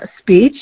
speech